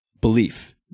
belief